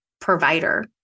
provider